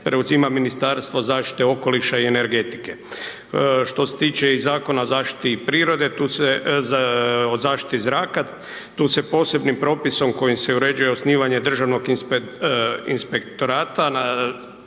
preuzima Ministarstvo zaštite okoliša i energetike. Druga izmjena je ta da se usklađuje dakle, s posebnim propisom, kojim se uređuje osnivanje državnog inspektorat